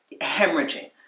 hemorrhaging